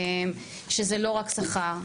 זה לא רק שכר,